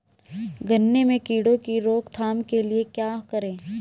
गन्ने में कीड़ों की रोक थाम के लिये क्या करें?